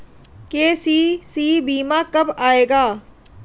KCC बीमा कब आएगा?